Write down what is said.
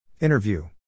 Interview